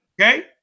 Okay